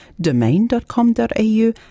domain.com.au